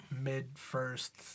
mid-first